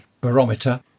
barometer